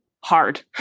hard